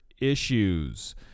issues